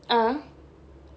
(uh huh)